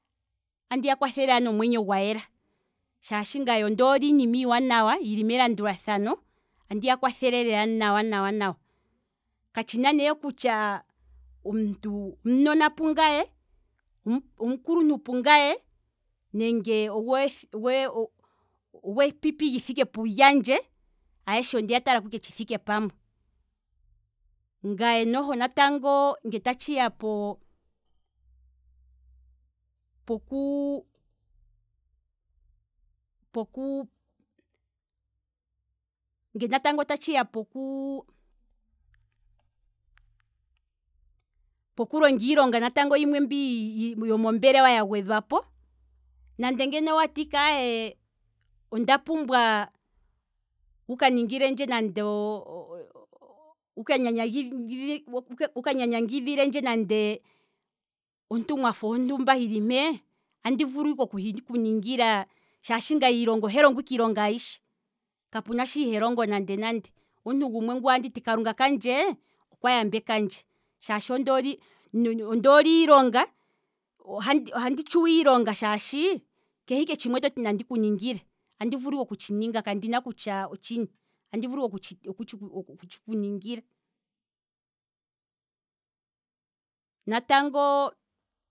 Andiya kwathele wala nomwenyo gwa yela, shaashi ngaye ondoole iinima iiwanawa yili melandulathano, andiya kwathele lela nawa nawa, katshina nee kutya omuntu omunona pungaye, omukuluntu pungaye, nenge ogwe ogwe ogwe pipi lyithike pungaye, ayeshe ondeya ta lako ike tshithike pamwe, ngaye noho natango nge ta tshiya po pokuu, pokuu, nge natango tatshiya pokuu longa iilonga natango yimwe yomo mbelewa ya gwedhwapo, nande ngeno owati ike aye onda pumbwa wuka ningilendje nando wuka nyanyangidhidhilendje nande otumwafo hontumba hili mpeya, andi vulu ike oku hiku ningila shaashi ngaye iilonga ohandi longo ike iilonga ayishe, kapuna sho ihandi longo nande nande, omuntu gumwe ngu anditi kalunga kandje okwa yambekandje, shaashi ondoole iilonga, ohandi tshuwa iilonga shaashi keshe ike shono toti nandiku ningile andi vulu ike okutshi ninga kandina kutya otshini, kandina kutya otshini, andi vulu ike okutshi ku ningila, natangoo.